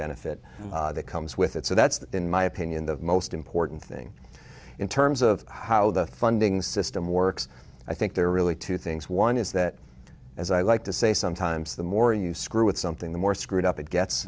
benefit that comes with it so that's in my opinion the most important thing in terms of how the funding system works i think there are really two things one is that as i like to say sometimes the more you screw with something the more screwed up it